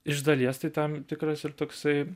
iš dalies tai tam tikras ir toksai